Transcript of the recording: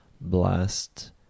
blast